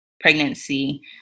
pregnancy